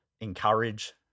encourage